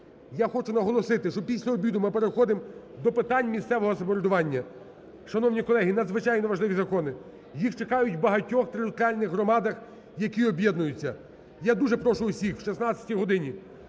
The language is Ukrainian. Я хочу наголосити, що після обіду ми переходимо до питань місцевого самоврядування. Шановні колеги, надзвичайно важливі закони. Їх чекають в багатьох територіальних громадах, які об'єднуються. Я дуже прошу усіх о 16 годині